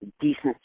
decent